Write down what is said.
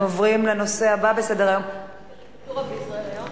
קריקטורה ב"ישראל היום"?